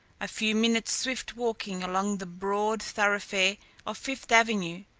a few minutes' swift walking along the broad thoroughfare of fifth avenue,